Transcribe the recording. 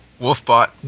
Wolfbot